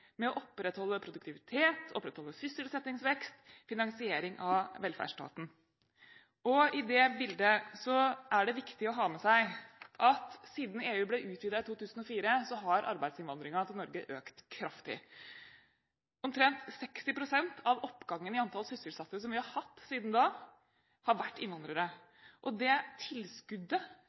med å opprettholde produktivitet, opprettholde sysselsettingsvekst og finansiering av velferdsstaten. I det bildet er det viktig å ha med seg at siden EU ble utvidet i 2004, har arbeidsinnvandringen til Norge økt kraftig. Omtrent 60 pst. av økningen i antall sysselsatte som vi har hatt siden da, har vært innvandrere, og det tilskuddet